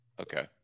Okay